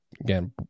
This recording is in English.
Again